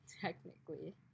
technically